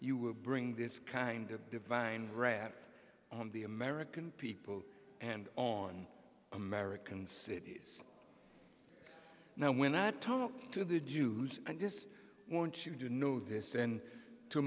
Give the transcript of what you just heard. you will bring this kind of divine wrath on the american people and on american cities now when i talk to the jews i just want you to know this and to